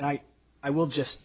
and i i will just